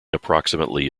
approximately